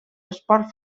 esport